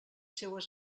seues